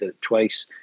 twice